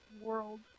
world